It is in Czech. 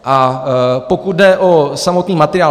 A pokud jde o samotný materiál.